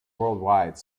worldwide